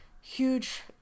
huge